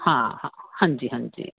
हां हां जी हां जी